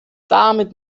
damit